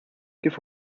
kif